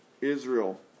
Israel